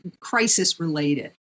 crisis-related